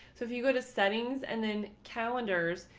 so if you go to settings and then calendars,